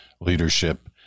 leadership